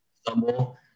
stumble